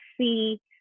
see